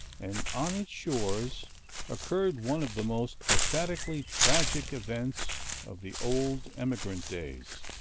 and on its shores occurred one of the most pathetically tragic events of the old emigrant days.